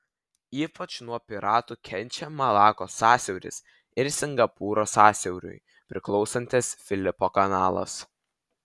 ypač nuo piratų kenčia malakos sąsiauris ir singapūro sąsiauriui priklausantis filipo kanalas